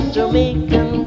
Jamaican